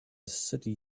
city